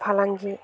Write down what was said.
फालांगि